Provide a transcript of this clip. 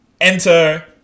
Enter